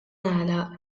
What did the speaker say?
nagħlaq